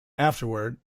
afterward